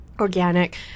organic